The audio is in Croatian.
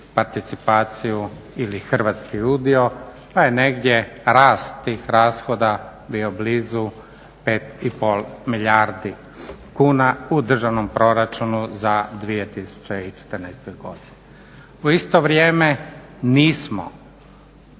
participaciju ili hrvatski udio pa je negdje rast tih rashoda bio blizu 5,5 milijardi kuna u državnom proračunu za 2014. godinu. U isto vrijeme nismo